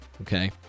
okay